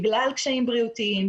בגלל קשיים בריאותיים,